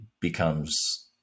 becomes